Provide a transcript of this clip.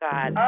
God